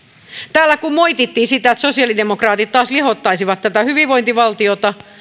täällä kun moitittiin sitä että sosiaalidemokraatit taas lihottaisivat tätä hyvinvointivaltiota